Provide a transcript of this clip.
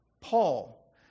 Paul